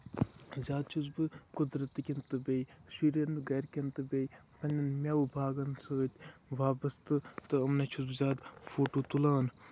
زیادٕ چھُس بہٕ قُدرَت کین تہٕ بیٚیہِ شُرین گرِکین تہٕ بیٚیہِ پَننٮ۪ن میوٕ باغن سۭتۍ وابسطٕ تہٕ مےٚ چھُ زیادٕ فوٹو تُلان